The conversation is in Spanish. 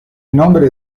nombre